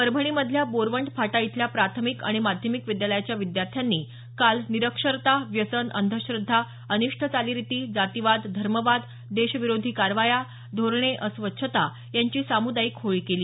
परभणीमधल्या बोखंड फाटा इथल्या प्राथमिक आणि माध्यमिक विद्यालयाच्या विद्यार्थ्यांनी काल निरक्षरता व्यसन अंधश्रद्धा अनिष्ट चालीरिती जातीवाद धर्मवाद देशविरोधी कारवाया धोरणे अस्वच्छता यांची सामुदायिक होळी केली